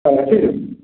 ଆଜ୍ଞା ଠିକ୍ ଅଛି